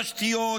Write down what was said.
תשתיות,